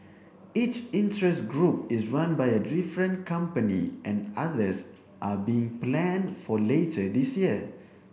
each interest group is run by a different company and others are being planned for later this year